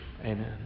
Amen